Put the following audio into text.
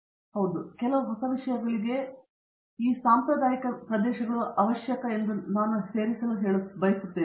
ದೇಶ್ಪಾಂಡೆ ಕೆಲವು ಹೊಸ ವಿಷಯಗಳಿಗೆ ಈ ಸಾಂಪ್ರದಾಯಿಕ ಪ್ರದೇಶಗಳು ಬಹಳ ಅವಶ್ಯಕವೆಂದು ನಾನು ಕೂಡ ಸೇರಿಸಬೇಕೆಂದು ಬಯಸಿದ್ದೆ